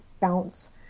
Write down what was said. bounce